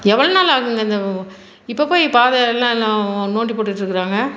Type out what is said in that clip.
எவ்வளோ நாள் ஆகுங்க இந்த இப்போ போய் பாதை என்ன நோண்டி போட்டு வச்சுருக்கிறாங்க